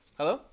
Hello